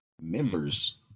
members